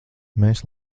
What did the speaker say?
mēs